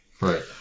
Right